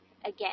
again